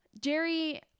jerry